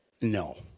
no